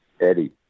Eddie